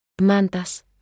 Mantas